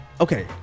Okay